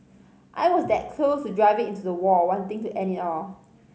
I was that close to driving into the wall wanting to end it all